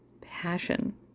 passion